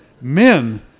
men